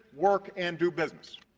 work, and do business.